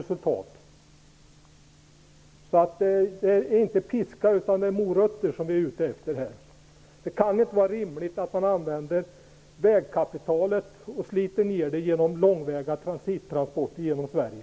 Det är alltså inte med piska utan med morötter som vi vill gå fram. Det kan inte vara rimligt att slita ned vägkapitalet med långväga transittransporter genom Sverige.